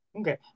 okay